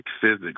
physics